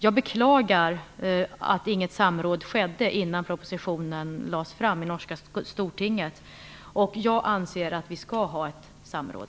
Jag beklagar att inget samråd skedde innan propositionen lades fram i det norska Stortinget. Jag anser att vi skall ha ett samråd.